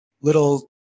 little